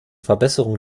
verbesserung